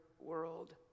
world